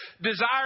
desire